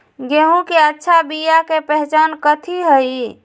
गेंहू के अच्छा बिया के पहचान कथि हई?